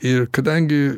ir kadangi